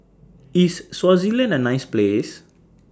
IS Swaziland A nice Place